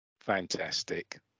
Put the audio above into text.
Fantastic